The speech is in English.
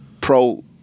pro